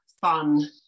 fun